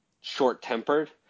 short-tempered